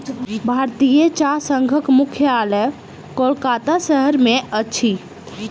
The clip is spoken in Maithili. भारतीय चाह संघक मुख्यालय कोलकाता शहर में अछि